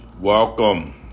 Welcome